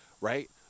right